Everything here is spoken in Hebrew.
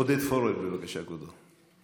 עודד פורר, בבקשה, כבודו.